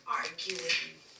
arguing